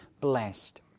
blessed